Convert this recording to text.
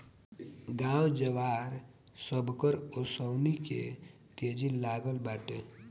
गाँव जवार, सबकर ओंसउनी के तेजी लागल बाटे